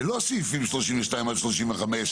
ללא סעיפים 32 עד 35,